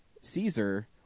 Caesar